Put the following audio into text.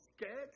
scared